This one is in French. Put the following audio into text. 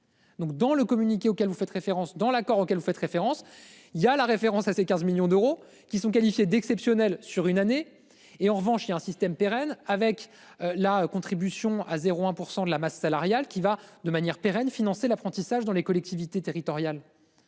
Donc dans le communiqué auquel vous faites référence dans l'accord auquel vous faites référence. Il y a la référence à ces 15 millions d'euros qui sont qualifiées d'exceptionnelles sur une année et en revanche un système pérenne avec la contribution à 0 1 % de la masse salariale qui va de manière pérenne financer l'apprentissage dans les collectivités territoriales.